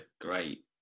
great